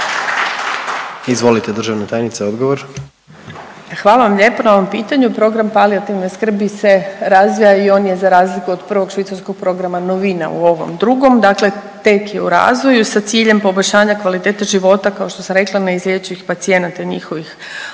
Izvolite državna tajnice odgovor. **Đurić, Spomenka** Hvala vam lijepa na ovom pitanju. Program palijativne skrbi se razvija i on je za razliku od prvog švicarskog programa novina u ovom drugom, dakle tek je u razvoju sa ciljem poboljšanja kvalitete života kao što sam rekla neizlječivih pacijenata, njihovih obitelji.